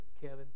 Kevin